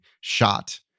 shot